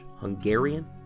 Hungarian